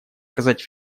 оказать